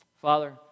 Father